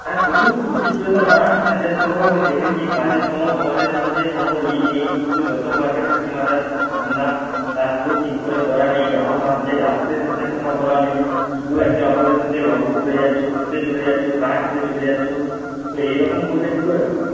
হ্যাঁ শুধু ছুটির জন্য না কাজের সময়ও আমি দেখেছি কাজের সময়ও তোমাদের মধ্যে কোনো ইয়ে নেই শুধু যত পারবে ফাঁকি মারার ধান্দা কাজও ঠিক করে করা নেই গ্রাহক আসছে গ্রাহকের সাথে কথা বলা নেই শুধু একে অপরের সাথে গল্প করে যাচ্ছ খেতে চলে যাচ্ছ চা খেতে চলে যাচ্ছ তো এরকম করলে কী করে হবে